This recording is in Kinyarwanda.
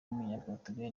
w’umunyaportugal